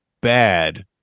bad